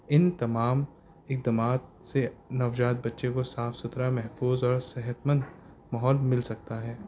ان تمام اقدمات سے نوجات بچے کو صاف ستھرا محفوظ اور صحت مند ماحول مل سکتا ہے